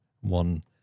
One